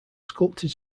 sculpted